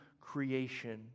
creation